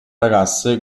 ragazze